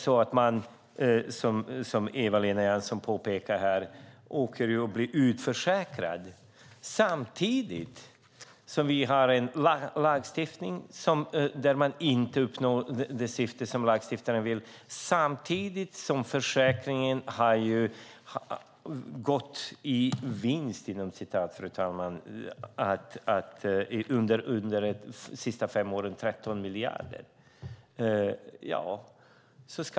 Som Eva-Lena Jansson påpekar blir de utförsäkrade samtidigt som man inte uppnår lagstiftarens syfte. Fru talman! Försäkringen har under de senaste fem åren gått i "vinst" med 13 miljarder.